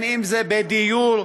אם בדיור,